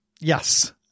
Yes